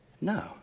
No